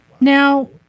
Now